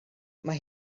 mae